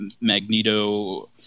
Magneto